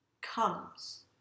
comes